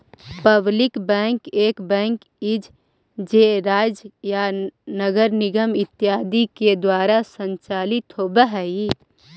public bank एक bank हइ जे राज्य या नगर निगम इत्यादि के द्वारा संचालित होवऽ हइ